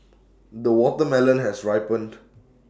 the watermelon has ripened